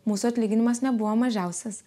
mūsų atlyginimas nebuvo mažiausias